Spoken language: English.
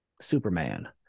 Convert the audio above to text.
Superman